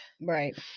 right